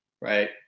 right